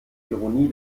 ironie